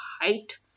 height